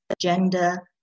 gender